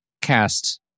cast